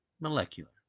Molecular